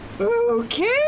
Okay